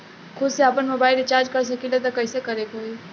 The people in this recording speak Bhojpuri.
खुद से आपनमोबाइल रीचार्ज कर सकिले त कइसे करे के होई?